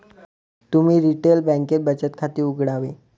तुम्ही रिटेल बँकेत बचत खाते उघडावे